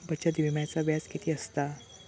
बचत विम्याचा व्याज किती असता?